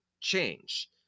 change